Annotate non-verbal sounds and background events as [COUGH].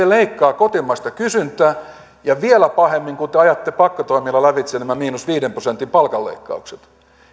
[UNINTELLIGIBLE] leikkaa kotimaista kysyntää ja vielä pahemmin kun te ajatte pakkotoimilla lävitse nämä miinus viiden prosentin palkanleikkaukset